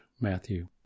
Matthew